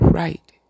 right